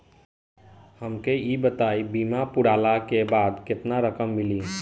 हमके ई बताईं बीमा पुरला के बाद केतना रकम मिली?